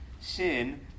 sin